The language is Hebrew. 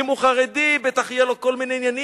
אם הוא חרדי, בטח יהיו לו כל מיני עניינים.